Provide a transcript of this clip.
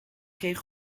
kreeg